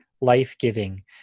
Life-giving